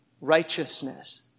righteousness